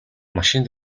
машин